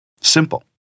Simple